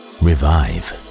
revive